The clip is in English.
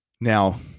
Now